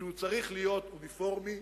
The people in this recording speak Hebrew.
שהוא צריך להיות אוניפורמי,